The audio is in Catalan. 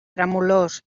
tremolors